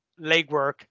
legwork